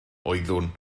oeddwn